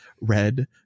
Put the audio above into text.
red